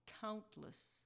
countless